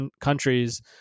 countries